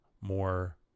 more